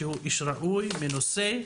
שהוא איש ראוי ומנוסה,